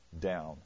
down